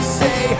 say